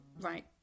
right